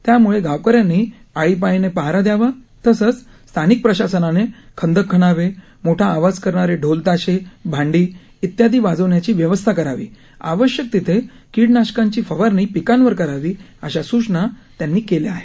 त्यामुळे गावकऱ्यांनी आळीपाळीने पहारा द्यावा तसंच स्थानिक प्रशासनाने खंदक खणावे मोठा आवाज करणारे ढोल ताशे भांडी त्यादी वाजवण्याची व्यवस्था करावी आवश्यक तिथे कीडनाशकांची फवारणी पिकांवर करावी अशा सूचना त्यांनी केल्या आहेत